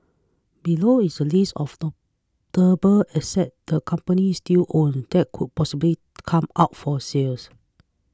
below is a list of not table assets the companies still own that could possibly come up for sales